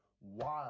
wild